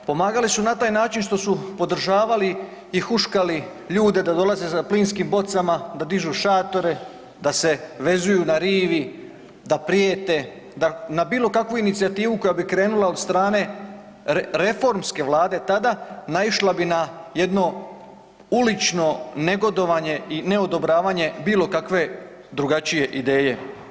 Pomagali su na taj način što su podržavali i huškali ljude da dolaze sa plinskim bocama, da dižu šatore, da se vezuju na rivi, da prijete, da na bilokakvu inicijativu koja bi krenula od strane reformske Vlada tada, naišla bi na jedno ulično negodovanje i neodobravanje bilokakve drugačije ideje.